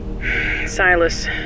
Silas